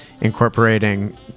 incorporating